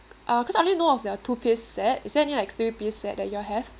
uh because I only know of their two piece set is there any like three piece set that you all have